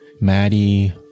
maddie